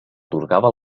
atorgava